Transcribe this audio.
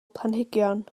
planhigion